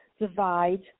divide